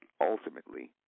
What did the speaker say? ultimately